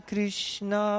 Krishna